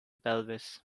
pelvis